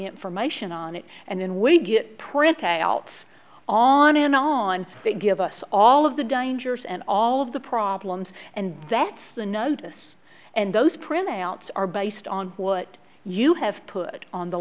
information on it and then we get printouts on and on that give us all of the dangers and all of the problems and that's the notice and those printouts are based on what you have put on the